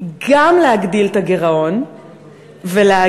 גם להגדיל את הגירעון ולהגיע